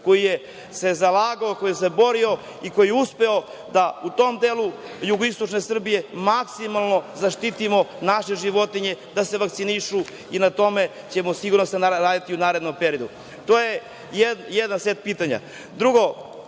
koji se zalagao, koji se borio i koji je uspeo da u tom delu jugoistočne Srbije maksimalno zaštitimo naše životinje, da se vakcinišu i na tome ćemo, siguran sam raditi i u narednom periodu. To je jedan set pitanja. Drugi